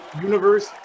universe